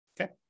Okay